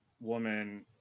woman